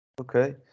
Okay